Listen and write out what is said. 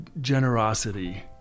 generosity